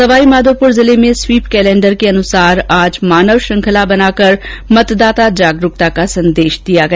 सवाईमाधोप्र जिले में sweep calendar के अनुसार आज मानव श्रंखला बनाकर मतदान जागरूकता का संदेश दिया गया